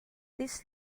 this